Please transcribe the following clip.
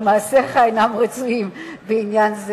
אבל מעשיך אינם רצויים בעניין זה.